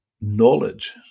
knowledge